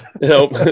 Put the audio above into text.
Nope